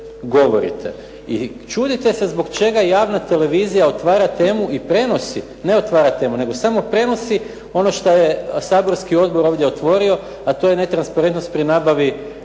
I čudite se zbog čega javna televizija otvara temu i prenosi, ne otvara temu nego samo prenosi ono što je saborski odbor ovdje otvorio a to je netransparentnost pri nabavi